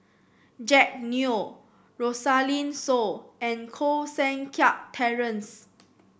Jack Neo Rosaline Soon and Koh Seng Kiat Terence